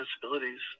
disabilities